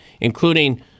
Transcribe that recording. including